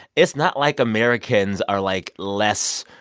it's not like americans are, like, less.